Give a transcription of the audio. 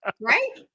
right